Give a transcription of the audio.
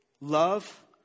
love